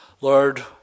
Lord